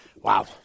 Wow